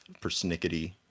persnickety